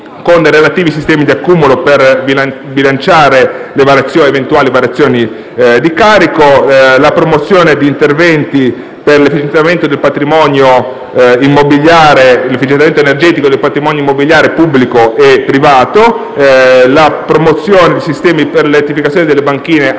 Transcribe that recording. con relativi sistemi di accumulo per bilanciare le eventuali variazioni di carico; la promozione di interventi per l'efficientamento energetico del patrimonio immobiliare pubblico e privato; la promozione di sistemi per l'elettrificazione delle banchine, anche in